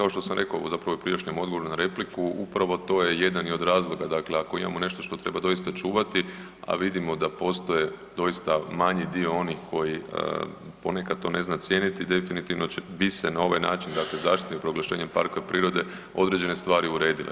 Kao što sam rekao zapravo i u prijašnjem odgovoru na repliku, upravo to je jedan i od razloga, dakle ako imamo nešto što treba doista čuvati, a vidimo da postoje doista manji dio onih koji ponekad to ne zna cijeniti definitivno bi se na ovaj način dakle zaštitnim proglašenjem parka prirode određene stvari uredile.